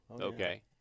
Okay